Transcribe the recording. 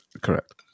Correct